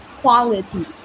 quality